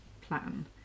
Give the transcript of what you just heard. plan